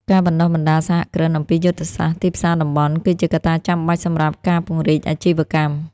ការបណ្ដុះបណ្ដាលសហគ្រិនអំពីយុទ្ធសាស្ត្រទីផ្សារតំបន់ គឺជាកត្តាចាំបាច់សម្រាប់ការពង្រីកអាជីវកម្ម។